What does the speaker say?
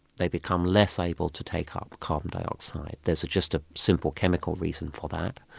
they become less able to take ah up carbon dioxide. there's just a simple chemical reason for that.